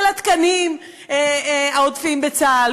ולתקנים העודפים בצה"ל,